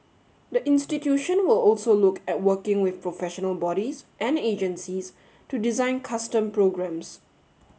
the institution will also look at working with professional bodies and agencies to design custom programmes